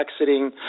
exiting